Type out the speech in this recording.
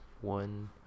One